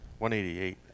188